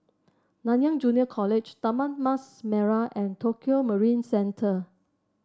Nanyang Junior College Taman Mas Merah and Tokio Marine Centre